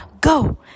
Go